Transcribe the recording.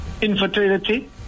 infertility